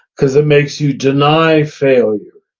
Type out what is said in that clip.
because it makes you deny failure.